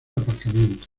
aparcamiento